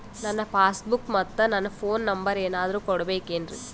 ನನ್ನ passbook ಮತ್ ನನ್ನ ಫೋನ್ ನಂಬರ್ ಏನಾದ್ರು ಕೊಡಬೇಕೆನ್ರಿ?